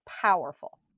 powerful